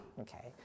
okay